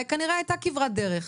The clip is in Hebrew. וכנראה הייתה כברת דרך,